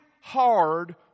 hard